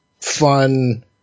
fun